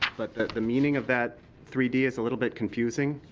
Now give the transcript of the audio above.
but that the meaning of that three d is a little bit confusing.